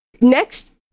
next